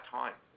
time